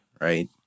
right